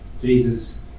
Jesus